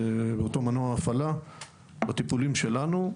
אותו מנוע הפעלה בטיפולים שלנו.